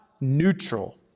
neutral